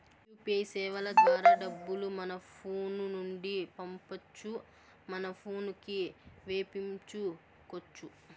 UPI సేవల ద్వారా డబ్బులు మన ఫోను నుండి పంపొచ్చు మన పోనుకి వేపించుకొచ్చు